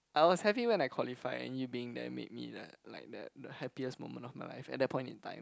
I was happy when I qualify and you being there made me like like the the happiest moment of my life at that point in time